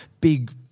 big